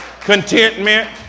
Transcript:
contentment